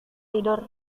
tidur